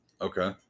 Okay